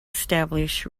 establish